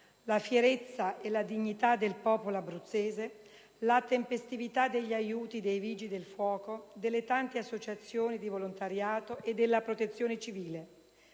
la fierezza e la dignità del popolo abruzzese, la tempestività degli aiuti dei vigili del fuoco, delle tante associazioni di volontariato e della Protezione civile,